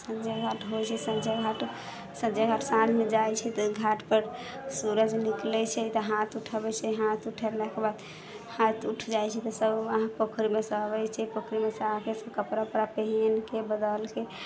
सँझा घाट होइत छै सँझा घाट साँझमे जाइत छै तऽ घाट पर सूरज निकलैत छै तऽ हाथ उठाबैत छै हाथ उठैलाके बाद हाथ उठ जाइत छै तऽ सभ उहाँ पोखरिमेसँ आबैत छै पोखरिमेसँ आके सभ कपड़ा उपड़ा पहिनके बदलके